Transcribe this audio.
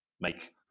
make